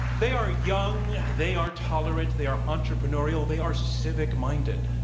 they are young, they are tolerant, they are entrepreneurial they are civic minded.